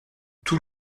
tout